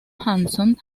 hanson